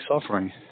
suffering